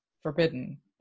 forbidden